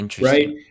right